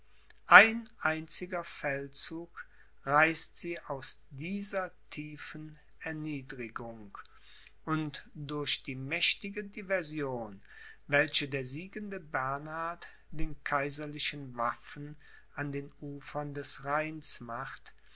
ein einziger feldzug reißt sie aus dieser tiefen erniedrigung und durch die mächtige diversion welche der siegende bernhard den kaiserlichen waffen an den ufern des rheins macht